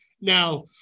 now